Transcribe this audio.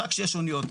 רק שש אוניות,